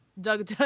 Doug